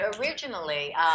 originally